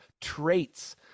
traits